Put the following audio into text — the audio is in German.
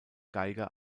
geiger